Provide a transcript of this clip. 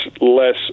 less